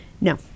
no